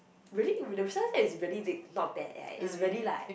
really the sunset is really big not bad eh it's really like